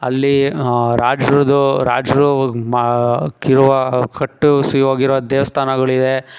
ಅಲ್ಲಿ ರಾಜರದು ರಾಜರು ಮಾ ಕ್ಕಿರುವ ಕಟ್ಟಿಸಿ ಹೋಗಿರೋ ದೇವ್ಸ್ಥಾನಗಳಿವೆ